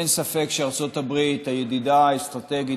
אין ספק שארצות הברית היא ידידה אסטרטגית,